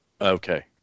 Okay